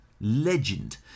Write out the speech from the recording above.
Legend